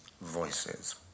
voices